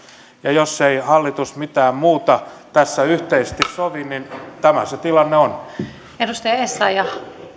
ja jos ei hallitus mitään muuta tässä yhteisesti sovi niin tämä se tilanne on arvoisa rouva